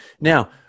Now